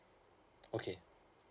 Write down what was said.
okay